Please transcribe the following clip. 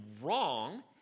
wrong